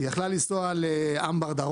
יכלה לנסוע לדרום,